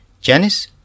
Janice